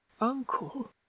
Uncle